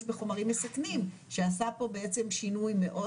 בחומרים מסכנים שעשה פה בעצם שינוי מאוד,